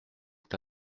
est